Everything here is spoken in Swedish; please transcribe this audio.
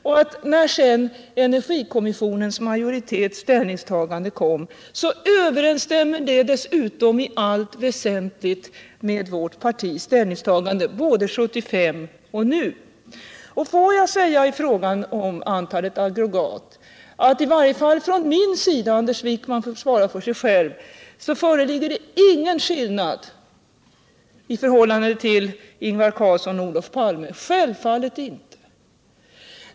När sedan majoritetens i energikommissionen ställningstagande kom visade det sig också att det i allt väsentligt överensstämmer med vårt partis ställningstagande både 1975 och nu. Får jag beträffande antalet aggregat säga att Ingvar Carlsson, Olof Palme och jag självfallet inte har några skilda uppfattningar. Anders Wijkman får svara för sig själv.